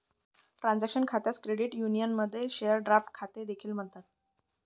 transaction खात्यास credit युनियनमध्ये share draft खाते देखील म्हणतात